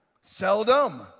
Seldom